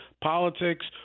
politics